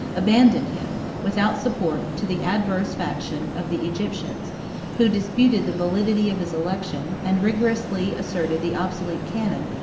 abandoned him, without support, to the adverse faction of the egyptians who disputed the validity of his election, and rigorously asserted the obsolete canon,